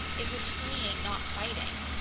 it was fleeing, not fighting.